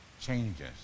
changes